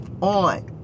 on